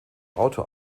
autor